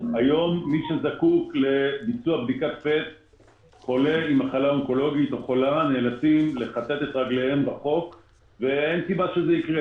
מי שזקוק לביצוע בדיקת PET נאלץ לכתת רגליו רחוק ואין סיבה שזה יקרה.